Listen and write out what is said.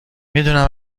میدونم